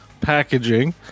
packaging